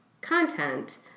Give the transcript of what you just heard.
content